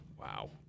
Wow